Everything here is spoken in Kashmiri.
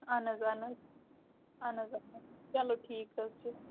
اہَن حظ اہَن حظ اہَن حظ اہَن حظ چلو ٹھیٖک حظ چھُ